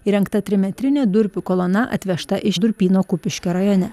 įrengta trimetrinė durpių kolona atvežta iš durpyno kupiškio rajone